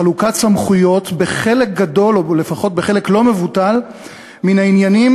חלוקת סמכויות בחלק גדול או לפחות בחלק לא מבוטל מן העניינים